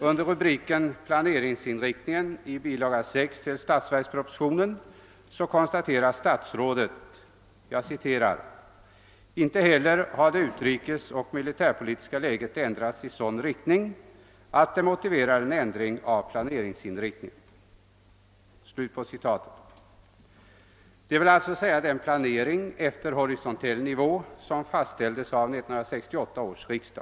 Under rubriken »Planeringsinriktningen» i bilaga 6 till statsverkspropositionen konstaterar statsrådet: »Inte heller har det utrikesoch militärpolitiska läget ändrats i sådan riktning att det motiverar en ändring av planeringsinriktningen.» Detta gäller den planering efter horisontell nivå som fastställdes av 1968 års riksdag.